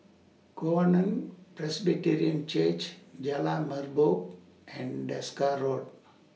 Covenant Presbyterian Church Jalan Merbok and Desker Road